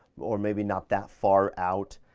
or maybe not that far out.